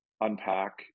unpack